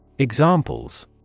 Examples